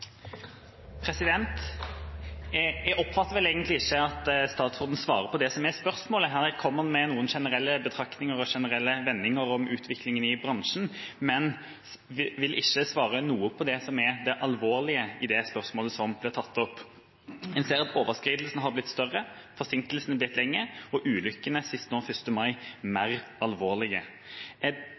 Jeg oppfatter egentlig ikke at statsråden svarer på det som er spørsmålet her. Han kommer med noen generelle betraktninger og generelle vendinger om utviklingen i bransjen, men vil ikke svare noe på det som er det alvorlige i spørsmålet som ble tatt opp. Vi ser at overskridelsene har blitt større, forsinkelsene blitt lengre og ulykkene – sist nå 1. mai – mer alvorlige.